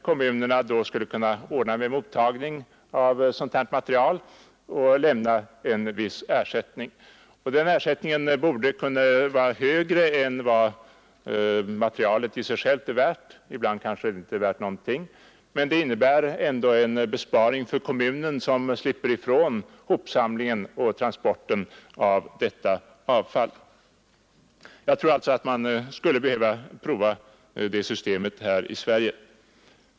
Kommunerna skulle kunna ordna en liknande mottagning av sådant här material vid sopstationerna. Den ersättning som man betalade ut kunde mycket väl vara högre än vad materialet i sig självt är värt — ibland är det kanske inte värt någonting alls. Men det skulle ju ändock innebära en besparing för kommunen som slipper ifrån kostnaderna för hopsamling och transport av det förbrukade emballaget och avfallet. Man borde enligt min mening kunna pröva det systemet i Sverige.